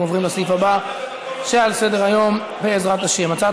אנחנו עוברים לסעיף הבא שעל סדר-היום: הצעת